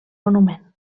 monument